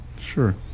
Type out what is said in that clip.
sure